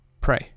pray